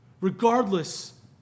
regardless